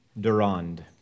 Durand